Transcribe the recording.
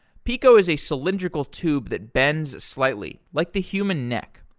peeqo is a cylindrical tube that bends slightly, like the human neck.